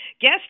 guest